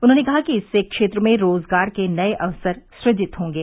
उन्होंने कहा कि इससे क्षेत्र में रोजगार के नए अवसर सुजित होंगे